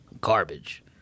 garbage